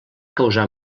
causar